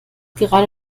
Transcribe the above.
gerade